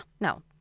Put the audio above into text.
No